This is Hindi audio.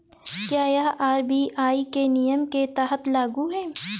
क्या यह आर.बी.आई के नियम के तहत लागू है?